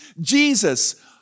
Jesus